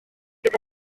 ddim